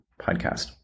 podcast